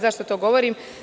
Zašto to govorim?